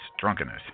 drunkenness